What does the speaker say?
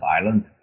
Island